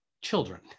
children